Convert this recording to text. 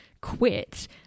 quit